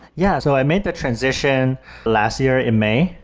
yeah. so i made that transition last year in may,